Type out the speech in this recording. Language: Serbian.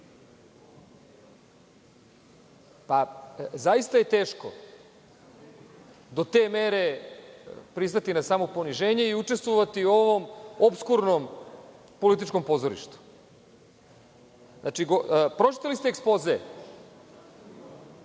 bolje. Zaista je teško do te mere priznati, ne samo poniženje i učestvovati u ovom opskurnom političkom pozorištu. Pročitali ste ekspoze,